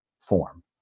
form